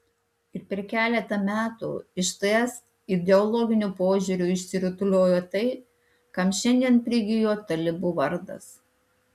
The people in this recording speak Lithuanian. ir per keletą metų iš ts ideologiniu požiūriu išsirutuliojo tai kam šiandien prigijo talibų vardas